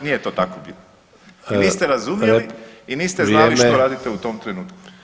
Nije to tako i niste razumjeli i niste znali što radite u tom trenutku.